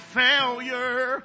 failure